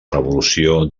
revolució